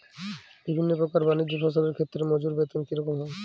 বিভিন্ন প্রকার বানিজ্য ফসলের ক্ষেত্রে মজুর বেতন কী রকম হয়?